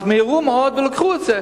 אז מיהרו מאוד ולקחו את זה.